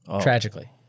tragically